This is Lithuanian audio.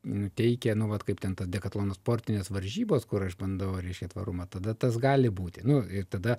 nu teikia nu vat kaip ten ta dekatlono sportinės varžybos kur aš bandau reiškia tvarumą tada tas gali būti nu tada